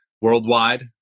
worldwide